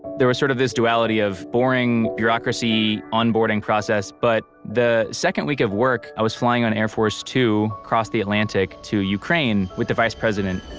there was sort of this duality of boring bureaucracy onboarding process, but the second week of work i was flying on air force two across the atlantic to ukraine with the vice president.